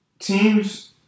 Teams